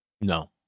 No